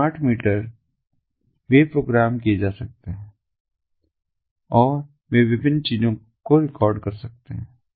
ये smart meter वे program किए जा सकते हैं और वे विभिन्न चीजों को रिकॉर्ड कर सकते हैं